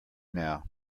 now